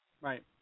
Right